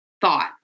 thought